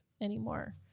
anymore